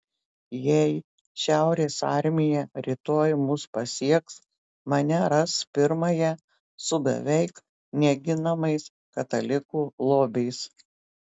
jei šiaurės armija rytoj mus pasieks mane ras pirmąją su beveik neginamais katalikų lobiais